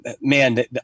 man